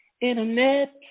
Internet